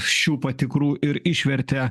šių patikrų ir išvertė